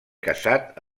casat